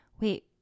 Wait